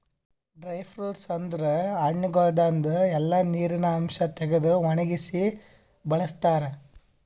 dry fruits ಅಂದುರ್ ಹಣ್ಣಗೊಳ್ದಾಂದು ಎಲ್ಲಾ ನೀರಿನ ಅಂಶ ತೆಗೆದು ಒಣಗಿಸಿ ಬಳ್ಸತಾರ್